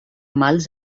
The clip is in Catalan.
mals